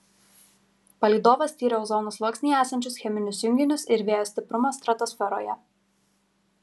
palydovas tyrė ozono sluoksnyje esančius cheminius junginius ir vėjo stiprumą stratosferoje